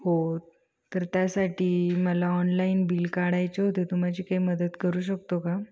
हो तर त्यासाठी मला ऑनलाईन बिल काढायचे होतें तु माझी काही मदत करू शकतो का